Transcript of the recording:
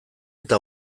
eta